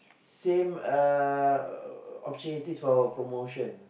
same uh opportunities for promotion